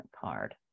card